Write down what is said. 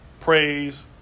praise